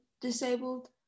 disabled